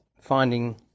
finding